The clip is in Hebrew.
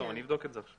אני אבדוק את זה.